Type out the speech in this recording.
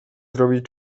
zrobić